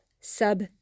sub